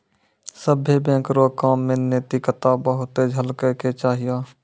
सभ्भे बैंक रो काम मे नैतिकता बहुते झलकै के चाहियो